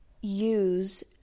use